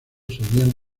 seguían